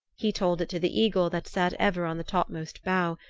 he told it to the eagle that sat ever on the topmost bough,